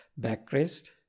backrest